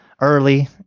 early